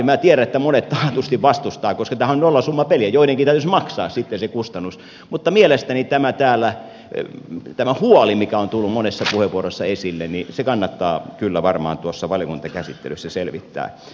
minä tiedän että monet taatusti vastustavat koska tämä on nollasummapeliä joidenkin täytyisi maksaa sitten se kustannus mutta mielestäni tämä huoli mikä on tullut monessa puheenvuorossa esille kannattaa kyllä varmaan tuossa valiokuntakäsittelyssä selvittää